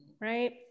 Right